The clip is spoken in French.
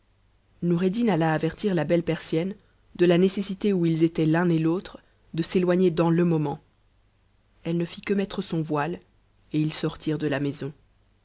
xoureddin alla avertir la belle persienne de la nécessité où ils étaient et l'autre de s'éloigner dans le moment elle ne fit que mettre son yo c et ils sortirent de la maison